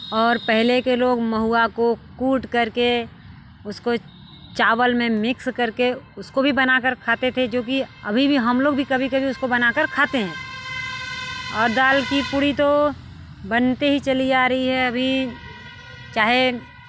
और पहले के लोग महुआ को कूट करके उसको चावल में मिक्स करके उसको भी बना कर खाते थे जो कि अभी भी हम लोग भी कभी कभी उसको बना कर खाते हैं और दाल की पूड़ी तो बनती ही चली आ रही है अभी चाहे